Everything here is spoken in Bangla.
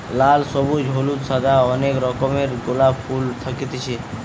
লাল, সবুজ, হলুদ, সাদা অনেক রকমের গোলাপ ফুল থাকতিছে